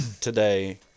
today